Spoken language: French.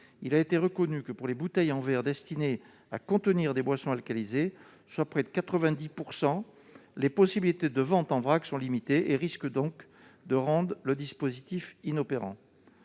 Il est reconnu que, pour les bouteilles en verre destinées à contenir des boissons alcoolisées, soit près de 90 %, les possibilités de vente en vrac sont limitées et risquent de rendre le dispositif inopérant.